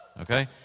Okay